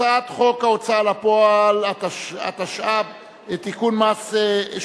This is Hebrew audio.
הצעת חוק ההוצאה לפועל (תיקון מס'